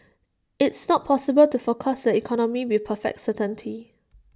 it's not possible to forecast the economy with perfect certainty